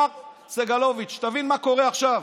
מר סגלוביץ', תבין מה קורה עכשיו.